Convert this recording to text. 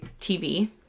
TV